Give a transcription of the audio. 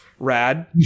Rad